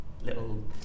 little